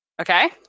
Okay